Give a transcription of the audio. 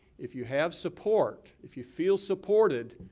if you have support, if you feel supported,